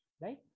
right